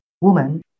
woman